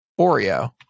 Oreo